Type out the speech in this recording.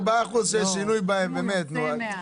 אחד מהאזרחים הוותיקים לוודא את מצבו ואת מצבה.